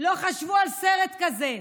לא חשבו על סרט כזה,